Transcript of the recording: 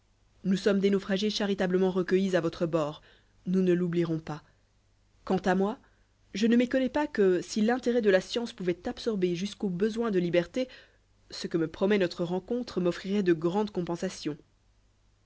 nous sommes des naufragés charitablement recueillis à votre bord nous ne l'oublierons pas quant à moi je ne méconnais pas que si l'intérêt de la science pouvait absorber jusqu'au besoin de liberté ce que me promet notre rencontre m'offrirait de grandes compensations